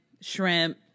shrimp